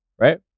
right